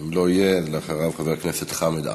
אם לא יהיה, אחריו חבר הכנסת חמד עמאר.